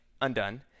undone